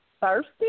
Thirsty